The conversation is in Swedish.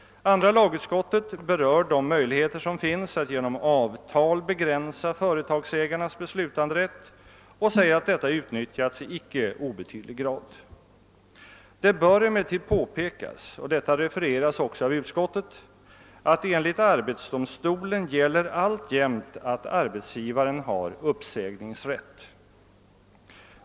Andra lagutskottet berör de möjligheter som finns att genom avtal begränsa företagsägarnas beslutanderätt och säger att detta utnyttjats i icke obetydlig grad. Det bör emellertid påpekas — och detta refereras också av utskottet — att det enligt arbetsdomstolen alltjämt gäller att arbetsgivaren har uppsägningsrätt.